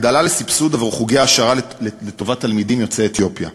הגדלת סבסוד עבור חוגי העשרה לטובת תלמידים יוצאי אתיופיה.